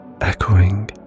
Echoing